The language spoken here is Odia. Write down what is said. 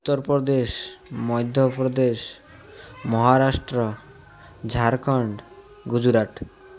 ଉତ୍ତରପ୍ରଦେଶ ମଧ୍ୟପ୍ରଦେଶ ମହାରାଷ୍ଟ୍ର ଝାଡ଼ଖଣ୍ଡ ଗୁଜୁରାଟ